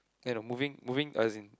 and a moving moving as in